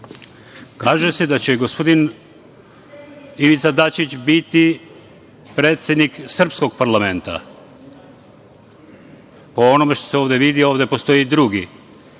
se da će gospodin Ivica Dačić biti predsednik srpskog parlamenta. Po onome što se ovde vidi, ovde postoje i drugi.